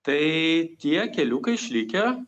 tai tie keliukai išlikę